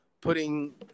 putting